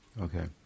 okay